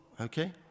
Okay